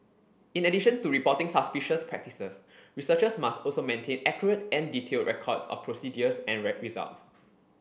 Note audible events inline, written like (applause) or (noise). in addition to reporting suspicious practices researchers must also maintain accurate and detailed records of procedures and (unintelligible) results